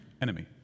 enemy